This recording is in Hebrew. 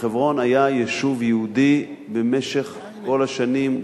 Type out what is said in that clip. בחברון היה יישוב יהודי במשך כל השנים,